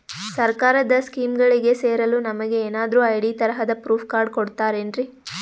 ಸರ್ಕಾರದ ಸ್ಕೀಮ್ಗಳಿಗೆ ಸೇರಲು ನಮಗೆ ಏನಾದ್ರು ಐ.ಡಿ ತರಹದ ಪ್ರೂಫ್ ಕಾರ್ಡ್ ಕೊಡುತ್ತಾರೆನ್ರಿ?